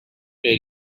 tell